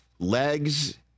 legs